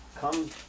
Come